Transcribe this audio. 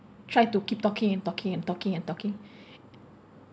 try to keep talking and talking and talking and talking